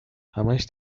همش